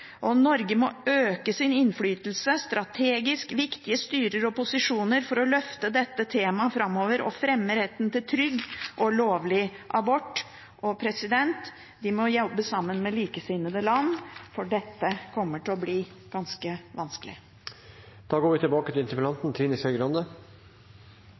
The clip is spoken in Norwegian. Norge må øke sin innflytelse i strategisk viktige styrer og posisjoner for å løfte dette temaet framover og fremme retten til trygg og lovlig abort. Vi må jobbe sammen med likesinnede land, for dette kommer til å bli ganske